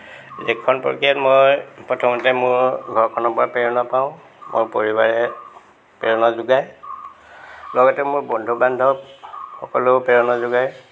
লেখন প্ৰক্ৰিয়াত মই প্ৰথমতে মোৰ ঘৰখনৰপৰা প্ৰেৰণা পাওঁ মোৰ পৰিবাৰে প্ৰেৰণা যোগায় লগতে মোৰ বন্ধু বান্ধৱসকলেও প্ৰেৰণা যোগায়